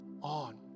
on